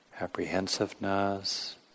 apprehensiveness